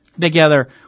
together